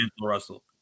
Russell